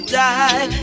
die